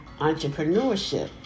entrepreneurship